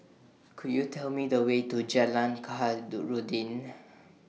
Could YOU Tell Me The Way to Jalan Khairuddin